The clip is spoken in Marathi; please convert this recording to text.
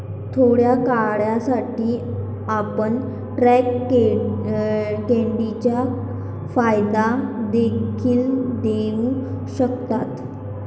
थोड्या काळासाठी, आपण ट्रेड क्रेडिटचा फायदा देखील घेऊ शकता